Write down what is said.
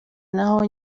naho